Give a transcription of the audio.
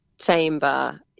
chamber